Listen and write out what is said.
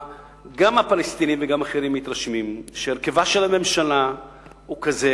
גם הפלסטינים וגם אחרים מתרשמים שהרכבה של הממשלה הוא כזה